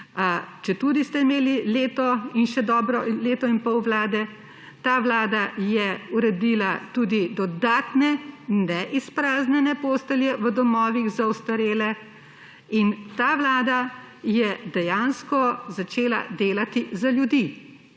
četudi ste imeli leto in pol vlade, ta vlada je uredila tudi dodatne, ne izpraznjene postelje v domovih za ostarele in ta vlada je dejansko začela delati za ljudi.